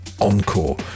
Encore